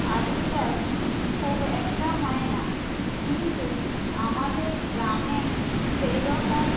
আলু চাষ খুব একটা হয় না কিন্তু আমাদের গ্রামে সেইরকম